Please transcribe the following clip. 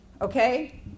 okay